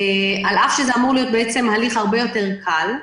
על אף שזה אמור להיות הליך הרבה יותר קל.